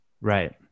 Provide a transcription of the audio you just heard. Right